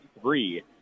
three